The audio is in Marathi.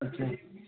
अच्छा